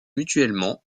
mutuellement